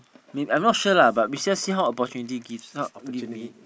maybe I'm not sure lah but we just see how opportunity gives gives me